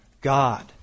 God